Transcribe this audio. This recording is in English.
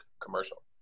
commercial